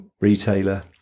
retailer